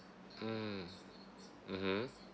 mm mmhmm